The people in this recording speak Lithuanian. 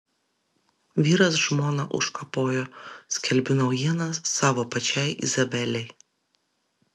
vyras žmoną užkapojo skelbiu naujieną savo pačiai izabelei